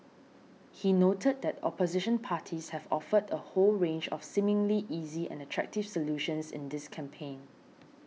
he noted that opposition parties have offered a whole range of seemingly easy and attractive solutions in this campaign